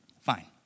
Fine